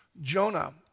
Jonah